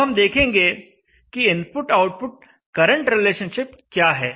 अब हम देखेंगे कि इनपुट आउटपुट करंट रिलेशनशिप क्या है